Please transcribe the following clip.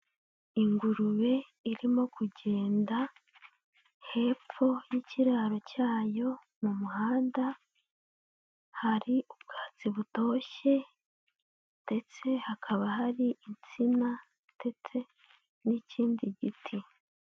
Ingurube irimo kugenda, hepfo y'ikiraro cyayo, mu muhanda, hari ubwatsi butoshye, ndetse hakaba hari insina, ndetse n'ikindi giti.